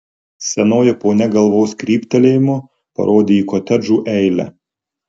senoji ponia galvos kryptelėjimu parodė į kotedžų eilę